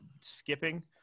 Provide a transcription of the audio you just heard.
skipping